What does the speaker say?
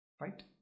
Right